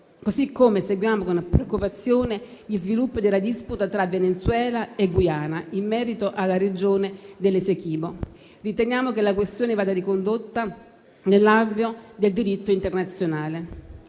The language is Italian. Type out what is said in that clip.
Così come seguiamo con preoccupazione gli sviluppi della disputa tra Venezuela e Guyana in merito alla regione dell'Esequiba. Riteniamo che la questione vada ricondotta nell'alveo del diritto internazionale.